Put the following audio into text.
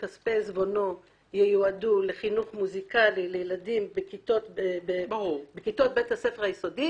שכספי עזבונו ייועדו לחינוך מוזיקלי לילדים בכיתות בית הספר היסודי